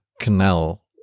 canal